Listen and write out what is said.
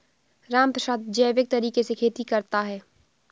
रामप्रसाद जैविक तरीके से खेती करता है